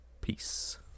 peace